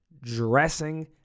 dressing